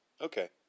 Okay